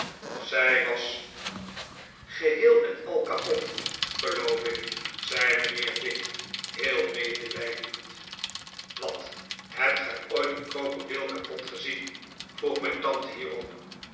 zij was geheel en al kapot geloof ik zei mijnheer dick heel medelijdend wat hebt gij ooit een krokodil kapot gezien vroeg mijn tante hierop